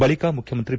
ಬಳಿಕ ಮುಖ್ಯಮಂತ್ರಿ ಬಿ